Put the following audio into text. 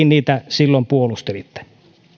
niitä silloin puolustelitte